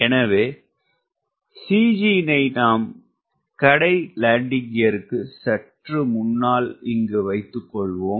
எனவே CG னை நாம் கடை லேண்டிங்க் கியருக்கு சற்று முன்னால் இங்கு வைத்துக்கொள்வோம்